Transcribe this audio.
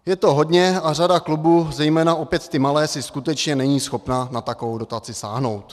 Je to hodně a řada klubů, zejména opět ty malé, si skutečně není schopna na takovou dotaci sáhnout.